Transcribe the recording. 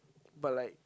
but like